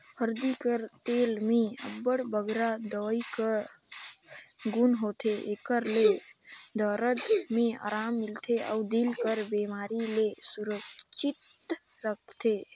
हरदी कर तेल में अब्बड़ बगरा दवई कर गुन होथे, एकर ले दरद में अराम मिलथे अउ दिल कर बेमारी ले सुरक्छित राखथे